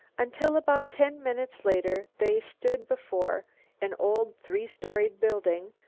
until about ten minutes later they stood before an old three-storied building,